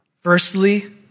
Firstly